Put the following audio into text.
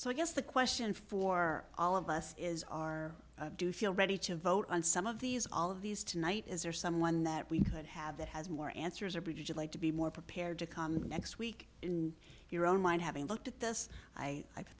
so i guess the question for all of us is are do feel ready to vote on some of these all of these tonight is there someone that we could have that has more answers or bridge like to be more prepared to come next week in your own mind having looked at this i